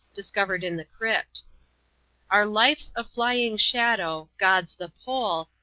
discovered in the crypt our life's a flying shadow, god's the pole,